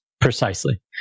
precisely